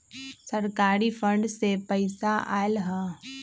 सरकारी फंड से पईसा आयल ह?